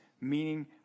meaning